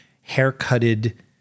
hair-cutted